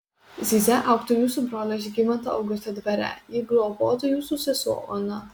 zyzia augtų jūsų brolio žygimanto augusto dvare jį globotų jūsų sesuo ona